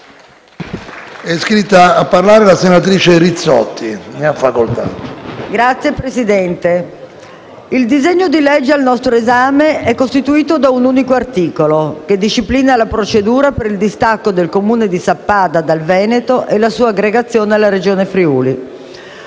Signor Presidente, il disegno di legge al nostro esame è costituito da un unico articolo che disciplina la procedura per il distacco del Comune di Sappada dal Veneto e la sua aggregazione alla Regione Friuli.